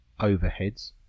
overheads